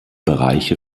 bereiche